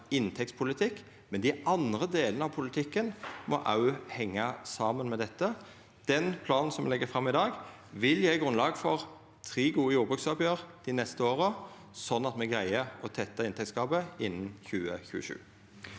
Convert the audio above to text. men dei andre delane av politikken må òg henga saman med dette. Den planen som me legg fram i dag, vil gje grunnlag for tre gode jordbruksoppgjer dei neste åra, slik at me greier å tetta inntektsgapet innan 2027.